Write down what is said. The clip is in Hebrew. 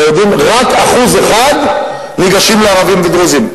רק 1% ערבים ודרוזים ניגשים.